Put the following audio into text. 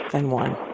then one